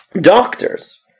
doctors